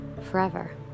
forever